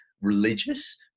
religious